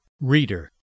Reader